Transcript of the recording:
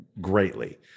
greatly